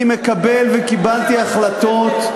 אני מקבל וקיבלתי החלטות,